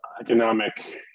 economic